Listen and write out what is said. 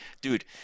dude